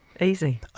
Easy